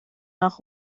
nach